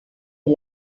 est